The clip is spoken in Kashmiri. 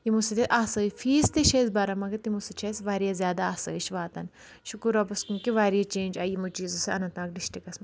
یِمو سۭتۍ اَسہِ آسٲیش فیٖس تہِ چھِ أسۍ بَران مَگر تِمو سۭتۍ چھُ اَسہِ واریاہ زیادٕ آسٲیش واتان شُکُر رۄبَس کُن کہِ واریاہ چینج آیہِ یِمو چیٖزو سۭتۍ اَننت ناگ ڈِسٹرِکَس منٛز